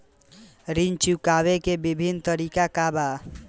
ऋण चुकावे के विभिन्न तरीका का बा?